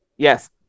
Yes